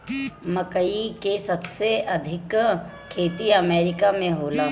मकई के सबसे अधिका खेती अमेरिका में होला